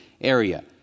area